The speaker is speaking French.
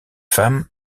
femme